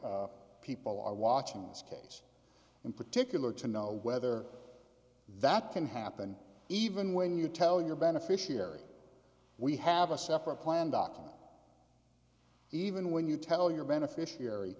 provision people are watching this case in particular to know whether that can happen even when you tell your beneficiary we have a separate plan document even when you tell your beneficiary